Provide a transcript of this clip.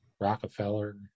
Rockefeller